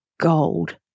gold